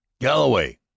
Galloway